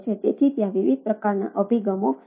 તેથી ત્યાં વિવિધ પ્રકારનાં અભિગમો છે